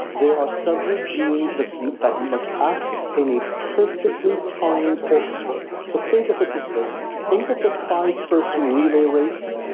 there are several genes that must act in a perfectly timed orchestra, so think of it this way. think of the five person relay race,